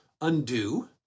undo